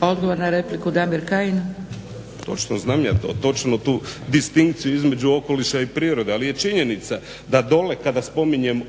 Kajin. **Kajin, Damir (Nezavisni)** Točno, znam ja to, točno tu distinkciju između okoliša i prirode, ali je činjenica da dole kada spominjem